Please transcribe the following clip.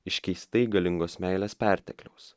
iš keistai galingos meilės pertekliaus